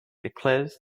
declares